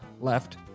left